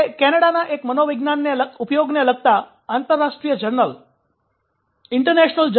તે કેનેડાના એક મનોવિજ્ઞાનના ઉપયોગને લગતા આંતરરાષ્ટ્રીય જર્નલ માં પ્રકાશિત થયું છે જે કેનેડાના શિક્ષણ અને સંશોધન કેન્દ્ર દ્વારા પ્રકાશિત કરાયું છે